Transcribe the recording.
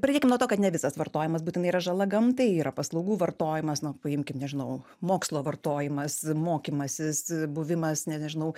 pradėkim nuo to kad ne visas vartojimas būtinai yra žala gamtai yra paslaugų vartojimas na paimkim nežinau mokslo vartojimas mokymasis buvimas nežinau